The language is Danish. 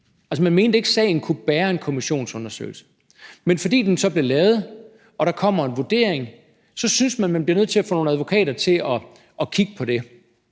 Man mente ikke, at sagen kunne bære en kommissionsundersøgelse. Men fordi den så blev lavet og der kommer en vurdering, så synes man, at man bliver nødt til at få nogle advokater til at kigge på det.